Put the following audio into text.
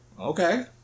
Okay